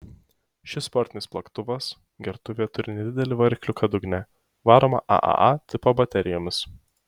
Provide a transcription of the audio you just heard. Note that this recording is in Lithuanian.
šis sportinis plaktuvas gertuvė turi nedidelį varikliuką dugne varomą aaa tipo baterijomis